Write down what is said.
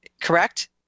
correct